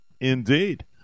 indeed